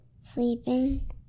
Sleeping